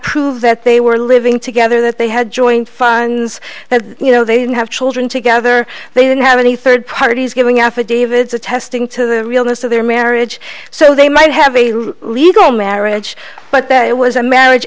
prove that they were living together that they had joint funds that you know they didn't have children together they didn't have any third parties giving affidavits attesting to the realness of their marriage so they might have a real legal marriage but that it was a marriage